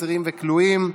אסירים וכלואים),